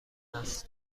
است